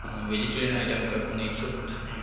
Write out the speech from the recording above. vegetarian आइटमका कुनै छुट